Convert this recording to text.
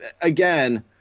again